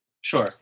Sure